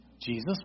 Jesus